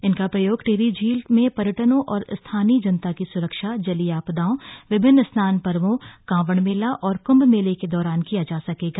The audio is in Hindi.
इनका प्रयोग टिहरी झील क्षेत्र में पर्यटकों और स्थानीय जनता की स्रक्षा जलीय आपदाओं विभिन्न स्नान पर्वो कांवड़ मेला और क्म्भ मेले के दौरान किया जा सकेगा